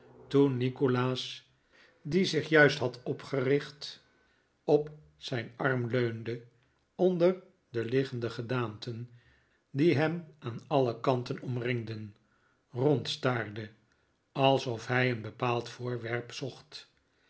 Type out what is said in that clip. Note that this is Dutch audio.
toen nikolaas die zich juist had opgericht en op zijn arm leunde onder de liggende gedaanten die hem aan alle kanten omringden rondstaarde alsof hij een bepaald voorwerp zocht